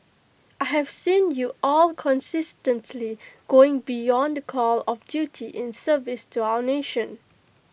I have seen you all consistently going beyond the call of duty in service to our nation